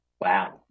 wow